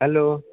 hello